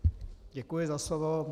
Děkuji za slovo.